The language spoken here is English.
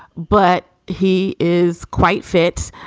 but he is quite fits.